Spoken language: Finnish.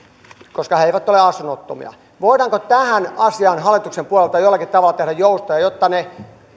koska he eivät ole asunnottomia voidaanko tähän asiaan hallituksen puolelta jollakin tavalla tehdä joustoja jotta ne